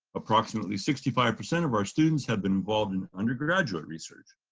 approximately sixty five percent of our students have been involved in undergraduate research.